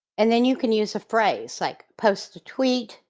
and then you can use a phrase like post a tweet,